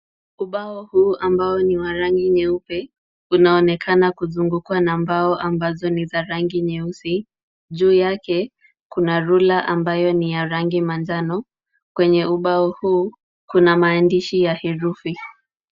Ubao huu ambao ni wa rangi nyeupe unaonekana kuzungukwa na mbao ambazo ni za rangi nyeusi. Juu yake kuna rula ambayo ni ya rangi manjano. Kwenye ubao huu kuna maandishi ya herufi.